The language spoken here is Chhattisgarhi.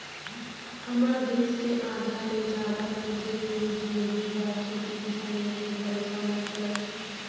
हमर देस के आधा ले जादा मनसे के जिनगी ह खेती किसानी के भरोसा म चलत हे